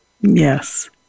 Yes